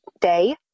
Day